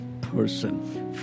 person